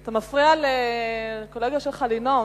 אתה מפריע לקולגה שלך לנאום,